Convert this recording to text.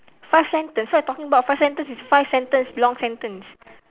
five sentence what you talking about five sentence is five sentence long sentence